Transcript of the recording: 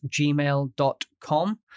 gmail.com